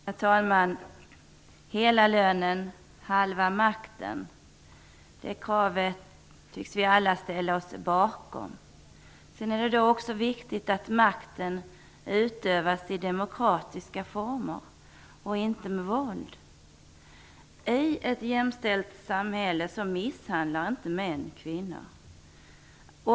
Herr talman! Hela lönen, halva makten! Det kravet tycks vi alla ställa oss bakom. Det är också viktigt att makten utövas i demokratiska former och inte med våld. I ett jämställt samhälle misshandlar inte män kvinnor.